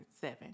seven